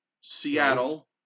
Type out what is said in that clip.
Seattle